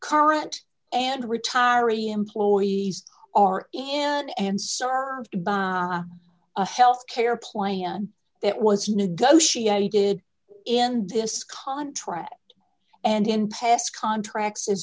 current and retiree employees are in and served by a health care plan that was negotiated in this contract and in past contracts as